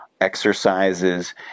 exercises